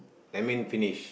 that mean finish